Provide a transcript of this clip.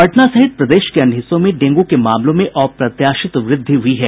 पटना सहित प्रदेश के अन्य हिस्सों में डेंगू के मामलों में अप्रत्याशित वृद्धि हुई है